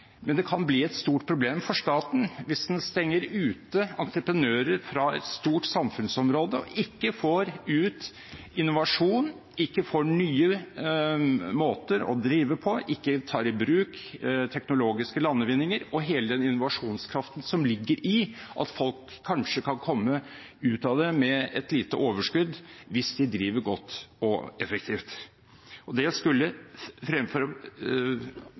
men det kan bli et stort problem for staten hvis en stenger ute entreprenører fra et stort samfunnsområde og ikke får ut innovasjon, ikke får nye måter å drive på, ikke tar i bruk teknologiske landevinninger og hele den innovasjonskraften som ligger i at folk kanskje kan komme ut av det med et lite overskudd hvis de driver godt og effektivt. Og det skulle